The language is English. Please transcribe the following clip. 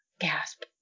gasp